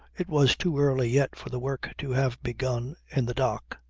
it was too early yet for the work to have begun in the dock.